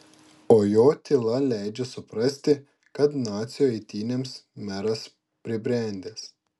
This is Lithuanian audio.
o jo tyla leidžia suprasti kad nacių eitynėms meras pribrendęs